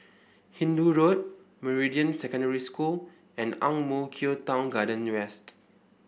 Hindoo Road Meridian Secondary School and Ang Mo Kio Town Garden West